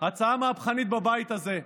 הצעה מהפכנית בבית הזה,